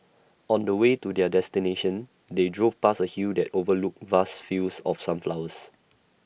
on the way to their destination they drove past A hill that overlooked vast fields of sunflowers